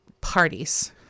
parties